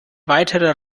weiterer